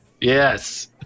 Yes